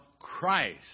Christ